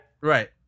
Right